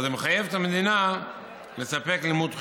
אבל זה מחייב את המדינה לספק לימוד חינם.